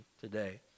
today